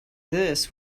this